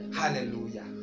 Hallelujah